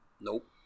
Nope